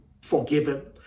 forgiven